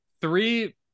three